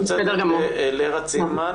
אני רוצה לשמוע את לרה צינמן,